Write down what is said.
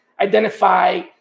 identify